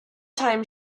thyme